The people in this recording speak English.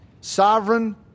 sovereign